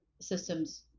systems